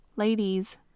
ladies